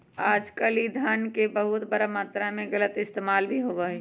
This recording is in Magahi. आजकल ई धन के बहुत बड़ा मात्रा में गलत इस्तेमाल भी होबा हई